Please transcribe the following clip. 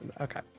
Okay